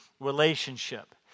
relationship